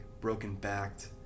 broken-backed